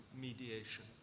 mediation